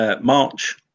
March